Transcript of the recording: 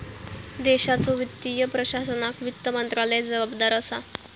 देशाच्यो वित्तीय प्रशासनाक वित्त मंत्रालय जबाबदार असा